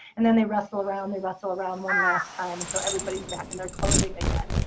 and then they wrestle around, they wrestle around one last time until everybody's back in their clothing again.